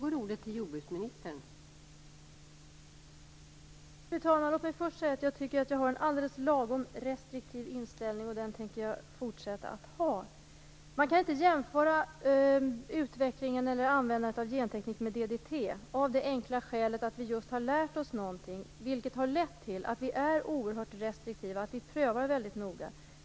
Fru talman! Låt mig först säga att jag tycker att jag har en alldeles lagom restriktiv inställning, och den tänker jag fortsätta att ha. Man kan inte jämföra utvecklingen eller användandet av genteknik med hur det var med DDT, av det enkla skälet att vi just har lärt oss någonting. Det har lett till att vi är oerhört restriktiva och prövar väldigt noga.